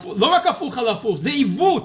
לא רק הפוך, על הפוך, זה עיוות.